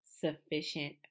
sufficient